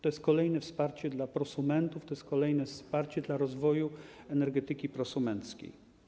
To jest kolejne wsparcie dla prosumentów, to jest kolejne wsparcie dla rozwoju energetyki prosumenckiej.